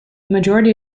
majority